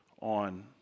on